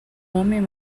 homem